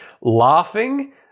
laughing